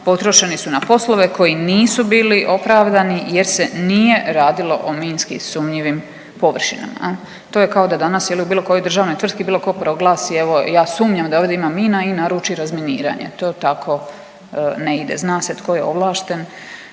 potrošeni su na poslove koji nisu bili opravdani jer se nije radilo o minski sumnjivim površinama. Je li, to je kao da danas, je li, u bilo kojoj državnoj tvrtki bilo tko proglasi, evo, ja sumnjam da ovdje ima mina i naruči razminiranje, to tako ne ide. Zna se tko je ovlašten